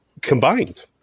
combined